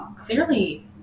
clearly